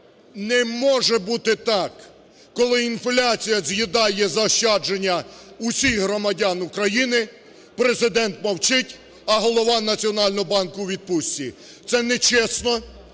Не може бути так, коли інфляція з'їдає заощадження усіх громадян України, Президент мовчить, а голова Національного банку у відпустці. Це нечесно,